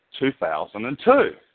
2002